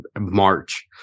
March